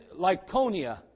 Lyconia